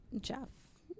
Jeff